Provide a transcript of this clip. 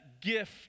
gift